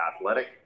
athletic